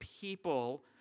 people